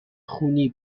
خونی